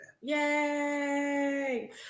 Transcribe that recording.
Yay